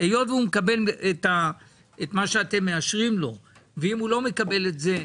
היות והוא מקבל את מה שאתם מאשרים לו ואם הוא לא מקבל את זה,